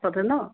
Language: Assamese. ন